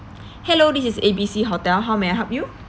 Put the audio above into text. hello this is A B C hotel how may I help you